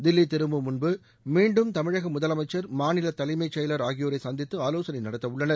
தில்லி திரும்பும் முன்பு மீண்டும் தமிழக முதலமைச்சர் மாநில தலைமை செயவர் ஆகியோரை சந்தித்து ஆலோசனை நடத்த உள்ளனர்